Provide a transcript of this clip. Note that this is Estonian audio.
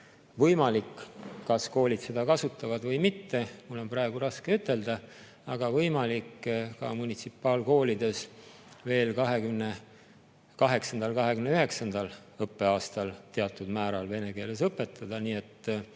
võimalik – kas koolid seda kasutavad või mitte, mul on praegu raske ütelda, aga on võimalik – ka munitsipaalkoolides veel 2028/2029. õppeaastal teatud määral vene keeles õpetada. Nii et